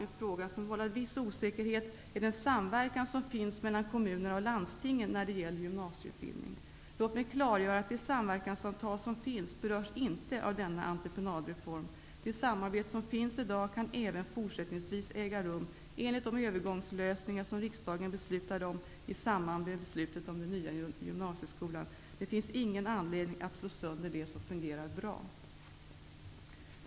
En fråga som vållat viss osäkerhet är den samverkan som finns mellan kommunerna och landstingen när det gäller gymnasieutbildning. Låt mig klargöra att de samverkansavtal som finns inte berörs av denna entreprenadreform. Det samarbete som finns i dag kan även fortsättningsvis äga rum enligt de övergångslösningar som riksdagen beslutade om i samband med beslutet om den nya gymnasieskolan. Det finns ingen anledning att slå sönder det som fungerar bra.